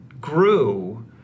grew